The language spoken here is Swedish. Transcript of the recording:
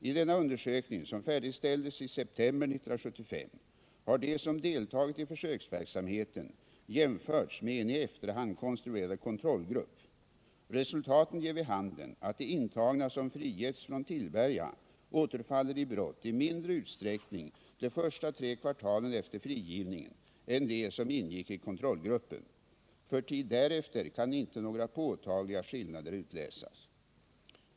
I denna undersökning, som färdigställdes i september 1975, har de som deltagit i försöksverksamheten jämförts med en i efterhand konstruerad kontrollgrupp. Resultaten ger vid handen att de intagna som frigetts från Tillberga återfaller i brott i mindre utsträckning de första tre kvartalen efter frigivningen än de som ingick i kontrollgruppen. För tid därefter kan inte några påtagliga skillnader utläsas.